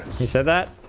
said that